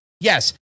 Yes